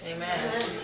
Amen